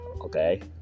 okay